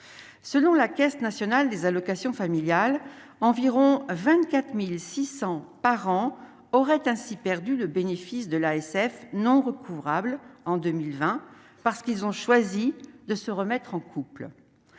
selon la Caisse nationale des allocations familiales, environ 24600 par an auraient ainsi perdu le bénéfice de l'ASF non recouvrables en 2020, parce qu'ils ont choisi de se remettre en couple,